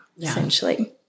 essentially